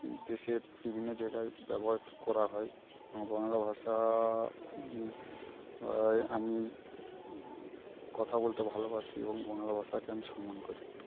দেশের বিভিন্ন জেলায় ব্যবহার করা হয় বাংলা ভাষা আমি কথা বলতে ভালবাসি এবং বাংলা ভাষাকে আমি সম্মান করি